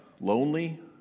lonely